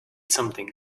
something